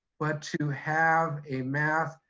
but to have a math